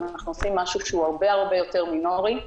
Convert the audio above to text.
אנחנו עושים דבר הרבה יותר מינורי,